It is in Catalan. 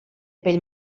pell